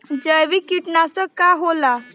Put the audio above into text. जैविक कीटनाशक का होला?